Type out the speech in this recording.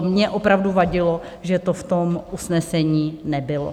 Mně opravdu vadilo, že to v tom usnesení nebylo.